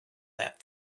that